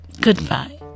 Goodbye